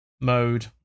mode